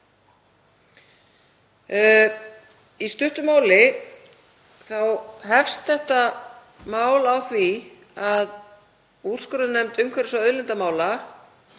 Í stuttu máli hefst þetta mál á því að úrskurðarnefnd umhverfis- og auðlindamála